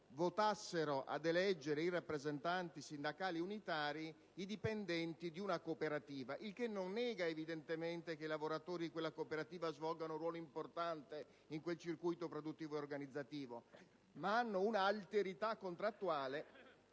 un'azienda ad eleggere i rappresentanti sindacali unitari fossero chiamati i dipendenti di una cooperativa. Il che non nega, evidentemente, che i lavoratori di quella cooperativa svolgano un ruolo importante in quel circuito produttivo e organizzativo, ma hanno un'alterità contrattuale